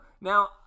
now